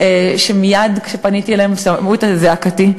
שמייד כשפניתי אליהם הם שמעו את זעקתי,